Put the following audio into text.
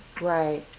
Right